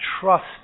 trust